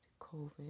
COVID